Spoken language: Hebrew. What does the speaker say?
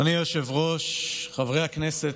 אדוני היושב-ראש, חברי הכנסת,